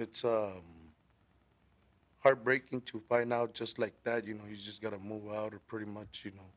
it's heartbreaking to find out just like that you know you just got to move out of pretty much you know